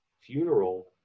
funeral